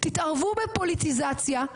תתאהבו בפוליטיזציה,